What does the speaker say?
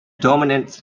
dominant